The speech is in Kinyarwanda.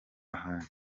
haye